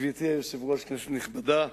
גברתי היושבת-ראש, כנסת נכבדה,